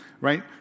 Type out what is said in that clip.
Right